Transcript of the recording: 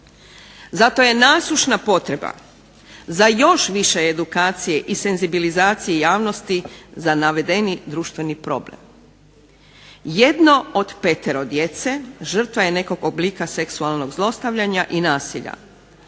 Zato je nasušna potreba za još više edukacije i senzibilizacije javnosti za navedeni društveni problem. Jedno od petero djece žrtva je nekog oblika seksualnog zlostavljanja i nasilja.